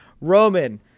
Roman